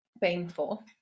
painful